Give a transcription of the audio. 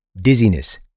dizziness